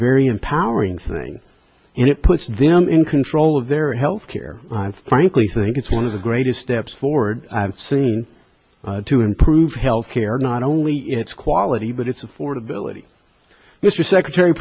very empowering thing and it puts them in control of their health care on frankly think it's one of the greatest steps forward i've seen to improve health care not only its quality but its affordability mr secretary